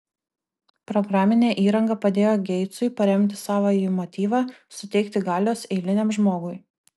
programinė įranga padėjo geitsui paremti savąjį motyvą suteikti galios eiliniam žmogui